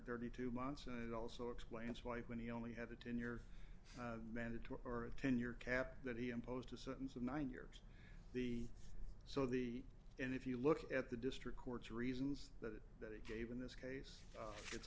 thirty two months and it also explains why when he only had it in your mandatory or a ten year cap that he imposed a sentence of nine years the so the and if you look at the district court's reasons that that he gave in this case it's